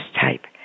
type